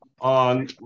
on